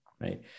Right